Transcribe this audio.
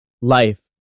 life